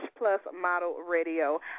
plusmodelradio